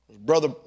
Brother